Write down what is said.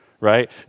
right